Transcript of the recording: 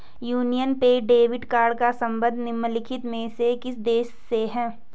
Union पे debit card का संबंध निम्नलिखित में से किस देश से है?